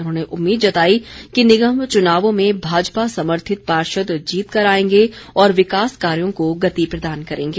उन्होंने उम्मीद जताई कि निगम चुनावों में भाजपा समर्थित पार्षद जीत कर आएंगे और विकास कार्यों को गति प्रदान करेंगे